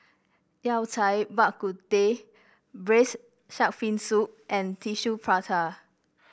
Yao Cai Bak Kut Teh braise shark fin soup and Tissue Prata